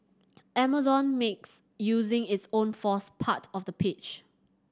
Amazon makes using its own force part of the pitch